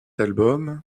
album